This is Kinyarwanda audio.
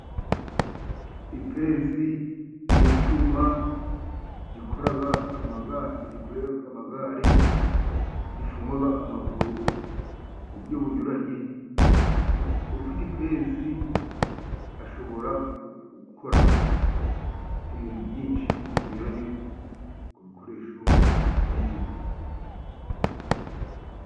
Ipensi ni icyuma gikora amagare, gifunga amaburo ku buryo bunyuranye. Ufite ipensi ashobora gukora ibintu byinshi binyuranye ku bikoresho by'ibyuma.